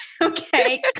okay